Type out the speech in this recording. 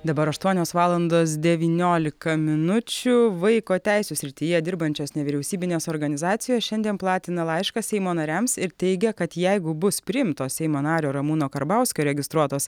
dabar aštuonios valandos devyniolika minučių vaiko teisių srityje dirbančios nevyriausybinės organizacijos šiandien platina laišką seimo nariams ir teigia kad jeigu bus priimtos seimo nario ramūno karbauskio registruotos